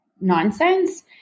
nonsense